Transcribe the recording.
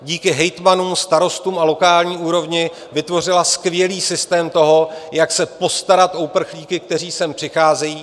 Díky hejtmanům, starostům a lokální úrovni vytvořila skvělý systém toho, jak se postarat o uprchlíky, kteří sem přicházejí.